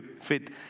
fit